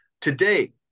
Today